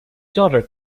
daughter